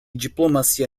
diplomacia